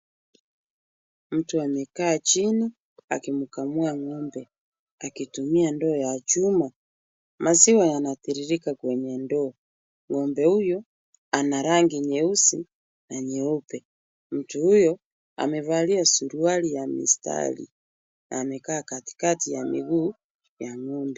Mtu amekaa chini akimkamua ngo'mbe, akitumia ndoo ya chuma. Maziwa yanatiririka kwenye ndoo. Ngo'mbe huyu ana rangi nyeusi na nyeupe. Mtu huyo amevalia suruali ya mistari na amekaa katikati ya miguu ya ngo'mbe.